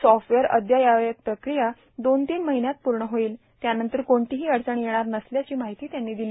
software अद्ययावत प्रक्रीया दोन तीन र्माहन्यात पूण होईल त्यानंतर कोर्णातही अडचण येणार नसल्याची मार्गाहती त्यांनी दिली